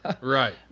right